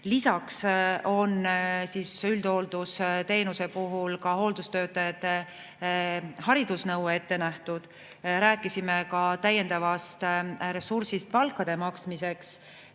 Lisaks on üldhooldusteenuse puhul hooldustöötajate haridusnõue ette nähtud, rääkisime ka täiendavast ressursist palkade maksmiseks.